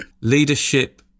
leadership